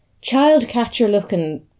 child-catcher-looking